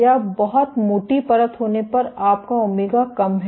या बहुत मोटी परत होने पर आपका ओमेगा कम है